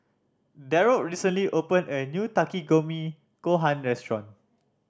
Darold recently opened a new Takikomi Gohan Restaurant